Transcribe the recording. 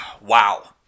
wow